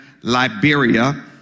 Liberia